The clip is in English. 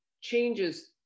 changes